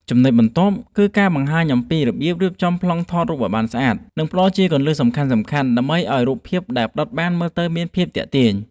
ចំណុចបន្ទាប់គឺការបង្ហាញអំពីរបៀបរៀបចំប្លង់ថតរូបឱ្យបានស្អាត និង ផ្ដល់ជាគន្លឹះសំខាន់ៗដើម្បីឱ្យរូបភាពដែលផ្ដិតបានមើលទៅមានភាពទាក់ទាញ។